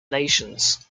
nations